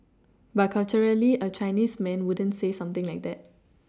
but culturally a Chinese man wouldn't say something like that